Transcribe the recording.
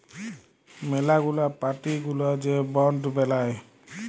ম্যালা গুলা পার্টি গুলা যে বন্ড বেলায়